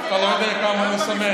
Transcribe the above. אתה לא יודע כמה אני שמח.